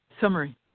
Summary